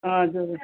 हजुर